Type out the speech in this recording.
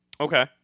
Okay